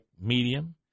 medium